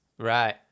Right